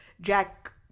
Jack